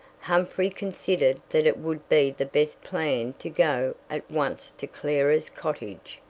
humphrey considered that it would be the best plan to go at once to clara's cottage,